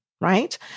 right